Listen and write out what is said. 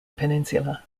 peninsula